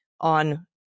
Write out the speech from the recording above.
on